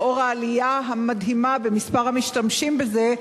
לאור העלייה המדהימה במספר המשתמשים בזה,